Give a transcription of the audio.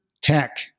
tech